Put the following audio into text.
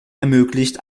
ermöglicht